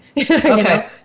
Okay